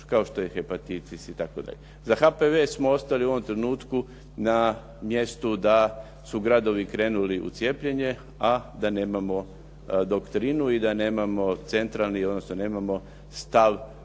kao što je hepatitis itd. Za HPV smo ostali u ovom trenutku na mjestu da su gradovi krenuli u cijepljenje, a da nemamo doktrinu i da nemamo centralni, odnosno nemamo stav Zavoda